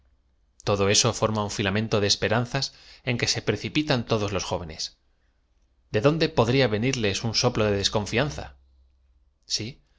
todo eso form a un filamento de esperanzas en que se precipitan todos los jóvenes de dónde podría venirles un soplo de desconfianza